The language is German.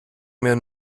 mir